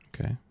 Okay